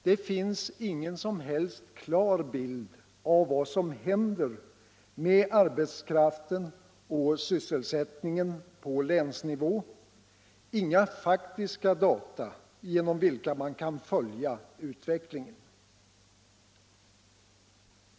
Det finns ingen som helst klar bild av vad som händer med arbetskraften och sysselsättningen på länsnivå, inga taktiska data, genom vilka man kan följa utvecklingen.